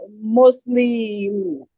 mostly